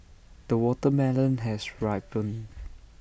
the watermelon has ripened